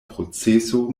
proceso